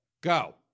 Go